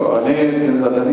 אדוני,